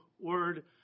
word